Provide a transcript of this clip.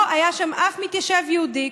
לא היה שם אף מתיישב יהודי,